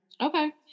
Okay